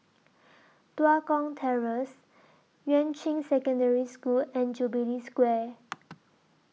Tua Kong Terrace Yuan Ching Secondary School and Jubilee Square